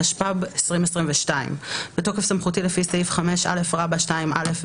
התשפ"ב-2022 בתוקף סמכותי לפי סעיף 5א(2)(א)